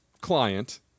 client